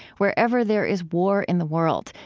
wherever there is war in the world,